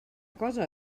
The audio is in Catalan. cosa